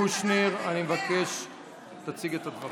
חבר הכנסת קושניר, אני מבקש שתציג את הדברים.